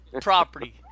property